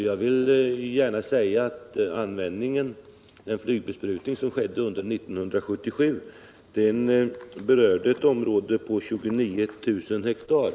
Jag vill gärna säga att den flygbesprutning som skedde under 1977 berörde ett område på 29 000 hektar.